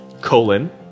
colon